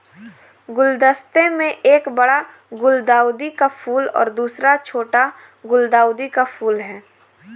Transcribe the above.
गुलदस्ते में एक बड़ा गुलदाउदी का फूल और दूसरा छोटा गुलदाउदी का फूल है